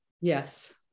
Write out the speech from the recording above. Yes